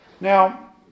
now